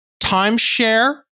timeshare